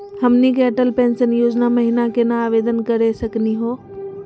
हमनी के अटल पेंसन योजना महिना केना आवेदन करे सकनी हो?